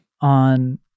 on